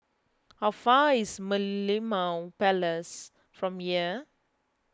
how far away is Merlimau Palace from here